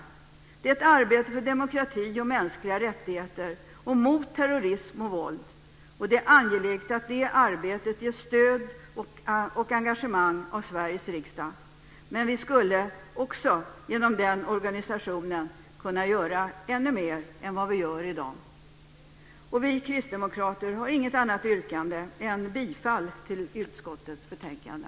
Det är ett arbete för demokrati och mänskliga rättigheter och mot terrorism och våld. Det är angeläget att det arbetet ges stöd och engagemang från Sveriges riksdag. Men vi skulle också kunna göra ännu mer genom den organisationen än vad vi gör i dag. Vi kristdemokrater har inget annat yrkande än bifall till förslaget i utskottets betänkande.